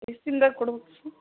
ಎಷ್ಟು ದಿನ್ದಾಗ ಕೊಡ್ಬೇಕು ಸರ್